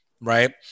Right